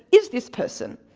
is this person?